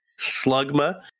Slugma